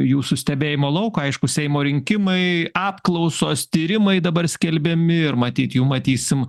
jūsų stebėjimo lauko aišku seimo rinkimai apklausos tyrimai dabar skelbiami ir matyt jų matysim